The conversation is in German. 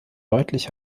deutlich